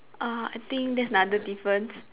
err I think that's another difference